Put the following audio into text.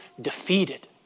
defeated